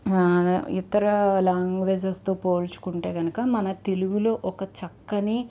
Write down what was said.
ఇతర లాంగ్వేజెస్తో పోల్చుకుంటే గనక మన తెలుగులో ఒక చక్కని